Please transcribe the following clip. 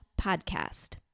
podcast